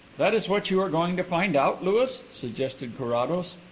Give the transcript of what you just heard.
that is what you are going to find out, louis? suggested carrados.